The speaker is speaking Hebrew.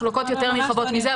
מחלוקות נרחבות מזה.